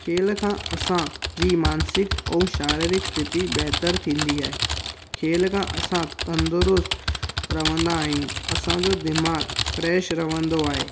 खेल खां असांजी मानसिक ऐं शारीरिक स्थिति बहितर थींदी आहे खेल खां असां तंदुरुस्तु रहंदा आहियूं असांजो दिमाग़ु फ्रैश रहंदो आहे